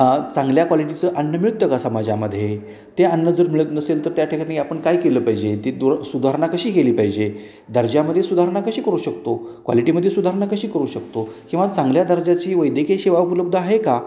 आज चांगल्या क्वालिटीचं अन्न मिळतं का समाजामध्ये ते अन्न जर मिळत नसेल तर त्या ठिकाणी आपण काय केलं पाहिजे ती दुर सुधारणा कशी केली पाहिजे दर्जामध्ये सुधारणा कशी करू शकतो क्वालिटीमध्ये सुधारणा कशी करू शकतो किंवा चांगल्या दर्जाची वैद्यकीय सेवा उपलब्ध आहे का